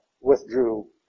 withdrew